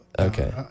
okay